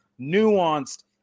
nuanced